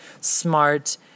smart